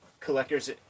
Collectors